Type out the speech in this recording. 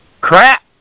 crap